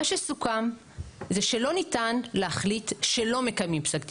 מה שסוכם זה שלא ניתן להחליט שלא מקיימים פסק דין,